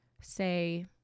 say